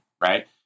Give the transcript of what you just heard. right